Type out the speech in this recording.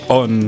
on